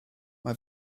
mae